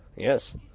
Yes